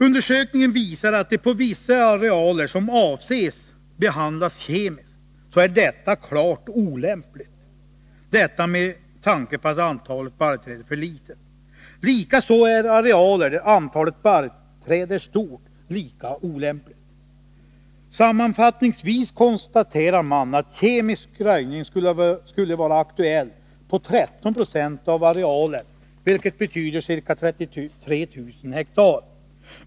Undersökningen visar att på vissa arealer, som avses behandlas kemiskt, är sådan behandling klart olämplig, detta med tanke på att antalet barrträd är för litet. Metoden är lika olämplig på arealer där antalet barrträd är stort. Sammanfattningsvis konstateras att kemisk röjning skulle vara aktuell på 13 Yo av arealen, vilket betyder ca 33 000 hektar.